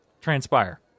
transpire